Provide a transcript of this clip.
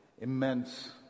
immense